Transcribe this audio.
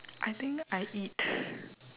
I think I eat